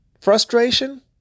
frustration